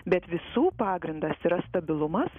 bet visų pagrindas yra stabilumas